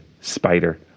spider